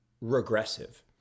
regressive